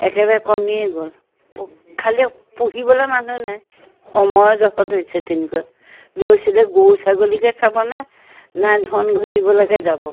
একেবাৰে কমিয়েই গ'ল খালী পুহিবলৈ মানুহ নাই সময়ৰ জহত হৈছে তেনেকুৱা ল'ৰা ছোৱালীয়ে গৰু ছাগলীকে চাবনে নাই ধন ঘটিবলৈকে যাব